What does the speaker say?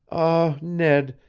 ah, ned,